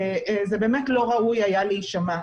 זה באמת לא ראוי היה להישמע.